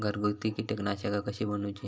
घरगुती कीटकनाशका कशी बनवूची?